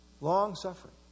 Long-suffering